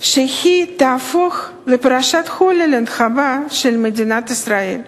שהיא תהפוך לפרשת "הולילנד" הבאה של מדינת ישראל,